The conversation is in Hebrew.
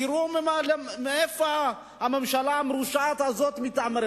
תראו במי הממשלה המרושעת הזאת מתעמרת.